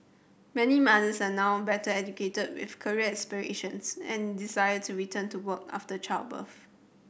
many mothers are now better educated with career aspirations and desire to return to work after childbirth